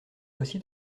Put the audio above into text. aussi